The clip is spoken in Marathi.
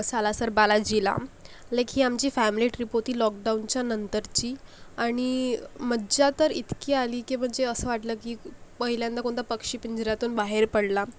सालासर बालाजीला लेक ही आमची फॅमली ट्रीप होती लॉकडाऊनच्या नंतरची आणि मज्जा तर इतकी आली की म्हणजे असं वाटलं की पहिल्यांदा कोणता पक्षी पिंजऱ्यातून बाहेर पडला